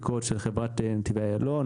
של חברת נתיבי איילון.